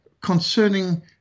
concerning